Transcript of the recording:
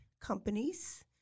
companies